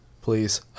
please